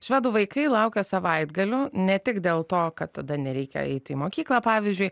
švedų vaikai laukia savaitgalių ne tik dėl to kad tada nereikia eiti į mokyklą pavyzdžiui